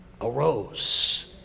arose